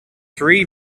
three